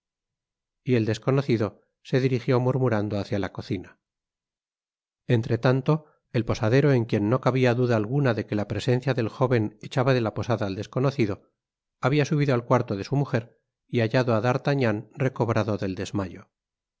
y el desconocido se dirigió murmurando hácia la cocina entretanto el posadero en quien no cabia duda alguna de que la presencia del jóven echaba de la posada al desconocido habia subido al cuarto de su mujer y hallado á d'artagnan recobrado del desmayo